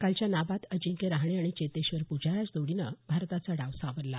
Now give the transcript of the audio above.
कालच्या नाबाद अजिंक्य राहणे आणि चेतेश्वर पुजारा जोडीनं भारताचा डाव सावरला